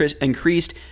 increased